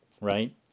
right